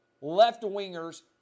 Left-wingers